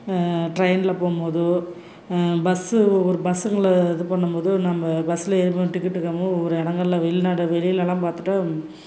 ட்ரெயின்ல போகும்போதோ பஸ் ஒரு பஸ்ஸுங்களை இது பண்ணும்போதோ நம்ம பஸ்ல ஏறி போய் டிக்கெட் கேட்கும்போது ஒவ்வொரு இடங்கள்ல வெளிநாடு வெளிலலாம் பார்த்துட்டா